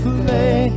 play